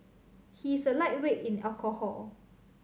he is a lightweight in alcohol